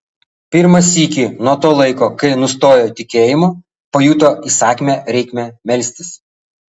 pirmą sykį nuo to laiko kai nustojo tikėjimo pajuto įsakmią reikmę melstis